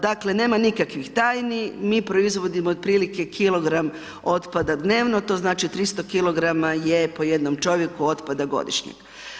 Dakle nema nikakvih tajni, mi proizvodimo otprilike kilogram otpada dnevno, to znači 300kg je po jednom čovjeku otpada godišnjeg.